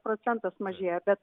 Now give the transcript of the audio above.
procentas mažėja bet